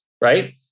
right